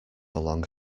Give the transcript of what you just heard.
along